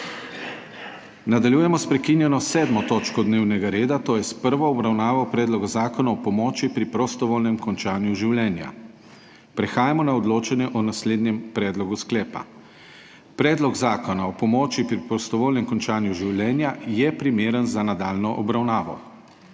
Nadaljujemo sprekinjeno 7. točko dnevnega reda, to je s prvo obravnavo Predloga zakona o pomoči pri prostovoljnem končanju življenja. Prehajamo na odločanje o naslednjem predlogu sklepa: Predlog zakona o pomoči pri prostovoljnem končanju življenja je primeren za nadaljnjo obravnavo.